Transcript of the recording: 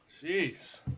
Jeez